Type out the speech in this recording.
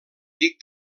dic